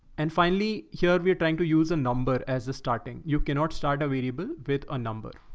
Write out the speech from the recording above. and finally, here we are trying to use a number as a starting. you cannot start a variable with a number.